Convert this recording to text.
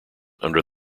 under